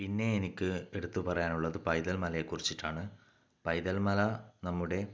പിന്നെ എനിക്ക് എടുത്ത് പറയാനുള്ളത് പൈതൽ മലയെ കുറിച്ചിട്ടാണ് പൈതൽ മല നമ്മുടെ